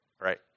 right